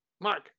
Mark